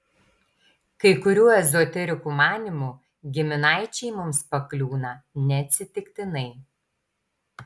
kai kurių ezoterikų manymu giminaičiai mums pakliūna ne atsitiktinai